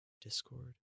Discord